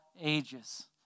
ages